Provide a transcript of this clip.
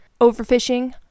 overfishing